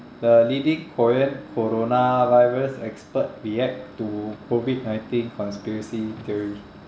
the leading korean coronavirus expert react to COVID nineteen conspiracy theory